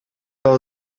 fell